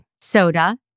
soda